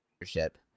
leadership